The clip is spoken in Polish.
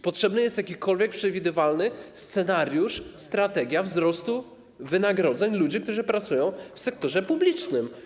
Potrzebny jest jakikolwiek przewidywalny scenariusz, strategia wzrostu wynagrodzeń ludzi, którzy pracują w sektorze publicznym.